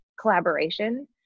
collaboration